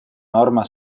norma